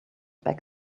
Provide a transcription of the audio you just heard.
back